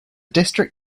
district